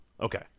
Okay